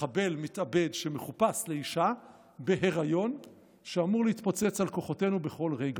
מחבל מתאבד שמחופש לאישה בהיריון שאמור להתפוצץ על כוחותינו בכל רגע.